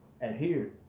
adhere